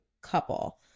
couple